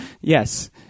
yes